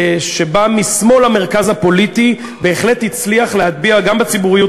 שבא משמאל למרכז הפוליטי בהחלט הצליח להטביע גם בציבוריות